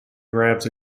grabs